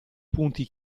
punti